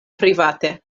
private